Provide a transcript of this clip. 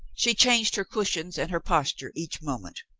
she changed her cushions and her posture each moment.